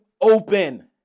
open